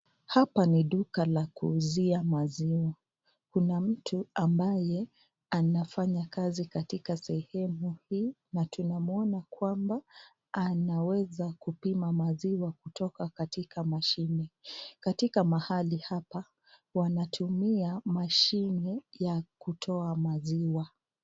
Hapa ni duka la kuuzia maziwa, kuna mtu ambaye anafanya kazi katika sehemu hii, na tunamuona kwamba anaweza kupima maziwa kutoka katika mashini. Katika mahali hapa, wanatumia mashini ya kutoa maziwa.